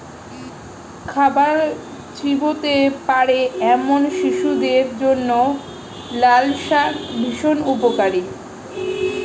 খাবার চিবোতে পারে এমন শিশুদের জন্য লালশাক ভীষণ উপকারী